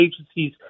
agencies